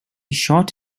shot